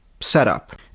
setup